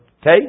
Okay